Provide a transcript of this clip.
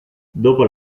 dopo